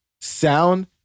sound